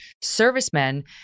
servicemen